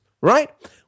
right